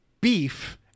beef